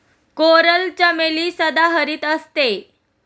coral चमेली सदाहरित असते